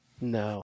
No